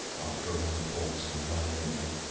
after a long pause and violently.